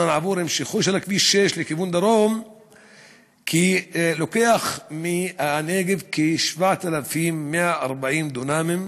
של כביש 6 לכיוון דרום לוקח מהנגב כ־7,140 דונמים,